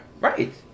Right